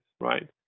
right